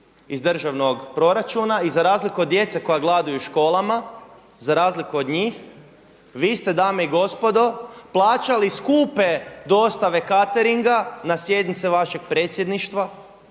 iz državnog proračuna. I za razliku od djece koja gladuju u školama, za razliku od njih vi ste dame i gospodo plaćali skupe dostave cateringa na sjednice vašeg predsjedništva